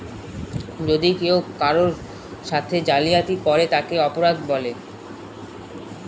যদি কেউ কারোর সাথে জালিয়াতি করে তাকে অপরাধ বলে